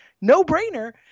no-brainer